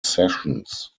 sessions